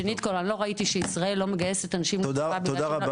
שנית כל אני לא ראיתי שישראל לא מגייסת אנשים --- תודה רבה.